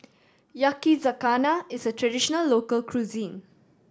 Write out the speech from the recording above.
yakizakana is a traditional local cuisine